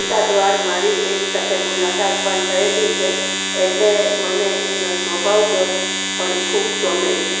એકાદવાર મારી એની સાથે મુલાકાત પણ થએલી છે એટલે મને એના સ્વભાવગત પણ ખૂબ ગમે છે